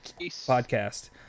Podcast